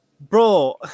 Bro